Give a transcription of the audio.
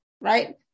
Right